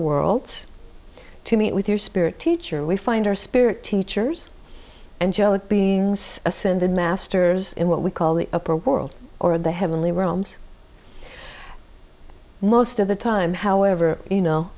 worlds to meet with your spirit teacher we find our spirit teachers and joe would be ascended masters in what we call the upper world or of the heavenly realms most of the time however you know